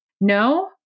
no